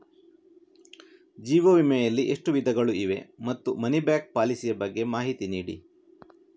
ಜೀವ ವಿಮೆ ಯಲ್ಲಿ ಎಷ್ಟು ವಿಧಗಳು ಇವೆ ಮತ್ತು ಮನಿ ಬ್ಯಾಕ್ ಪಾಲಿಸಿ ಯ ಬಗ್ಗೆ ಮಾಹಿತಿ ನೀಡಿ?